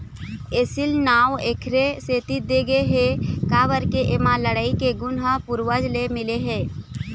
एसील नांव एखरे सेती दे गे हे काबर के एमा लड़ई के गुन ह पूरवज ले मिले हे